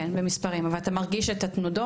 כן במספרים, אבל אתה מרגיש את התנודות?